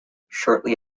shortly